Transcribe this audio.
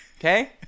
okay